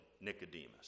Nicodemus